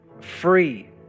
free